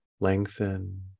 lengthen